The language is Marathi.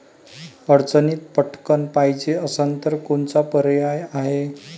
अडचणीत पटकण पायजे असन तर कोनचा पर्याय हाय?